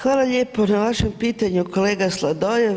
Hvala lijepo na vašem pitanju kolega Sladoljev.